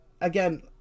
again